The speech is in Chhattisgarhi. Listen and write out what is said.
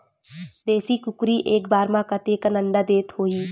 देशी कुकरी एक बार म कतेकन अंडा देत होही?